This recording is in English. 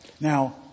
Now